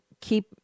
keep